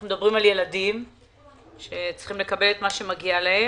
אנחנו מדברים על ילדים שצריכים לקבל את מה שמגיע להם.